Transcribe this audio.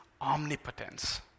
omnipotence